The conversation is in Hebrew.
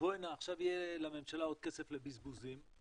שיהיה עכשיו לממשלה עוד כסף לבזבוזים,